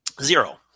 Zero